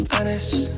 Honest